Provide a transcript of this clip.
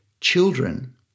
Children